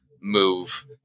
move